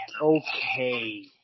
okay